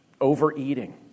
overeating